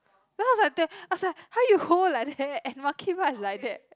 there I was like I was like !huh! you hold like that and Monkey Bar is like that